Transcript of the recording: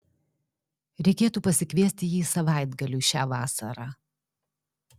reikėtų pasikviesti jį savaitgaliui šią vasarą